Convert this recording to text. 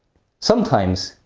sometimes,